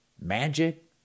Magic